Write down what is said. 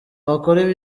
bakora